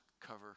cover